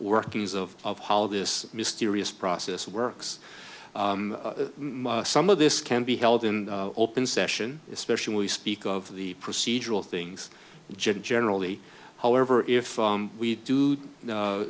workings of of how this mysterious process works some of this can be held in open session especially when we speak of the procedural things generally however if we do